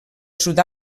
sud